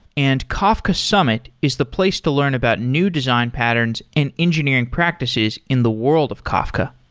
and kafka summit is the place to learn about new design patterns and engineering practices in the world of kafka.